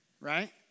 right